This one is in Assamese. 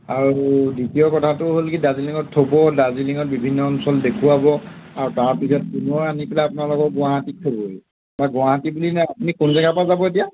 আৰু দ্বিতীয় কথাটো হ'ল কি দাৰ্জিলিঙত থ'ব দাৰ্জিলিঙত বিভিন্ন অঞ্চল দেখুৱাব আৰু তাৰপিছত পুনৰ আনি পেলাই আপোনালোকক গুৱাহাটীত থ'বহি বা গুৱাহাটী বুলি নাই আপুনি কোন জেগাৰ পৰা যাব এতিয়া